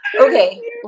Okay